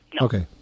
Okay